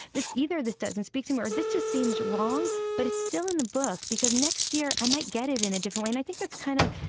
this either just doesn't speak to me or this just seems wrong, but it's still in the book, because next year i might get it in a different way. and i think that's kind of,